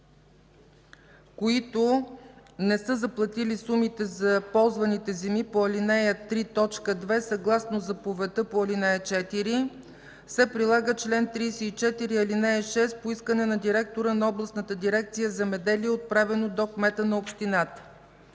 които не са заплатили сумите за ползваните земи по ал. 3, т. 2, съгласно заповедта по ал. 4 се прилага чл. 34, ал. 6 по искане на директора на Областната дирекция „Земеделие”, отправено до кмета на общината”.